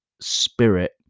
spirit